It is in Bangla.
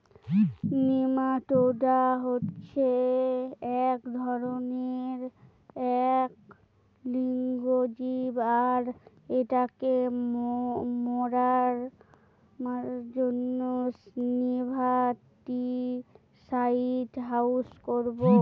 নেমাটোডা হচ্ছে এক ধরনের এক লিঙ্গ জীব আর এটাকে মারার জন্য নেমাটিসাইড ইউস করবো